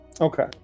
Okay